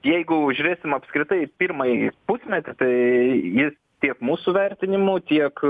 jeigu žiūrėsim apskritai pirmąjį pusmetį tai ji tiek mūsų vertinimu tiek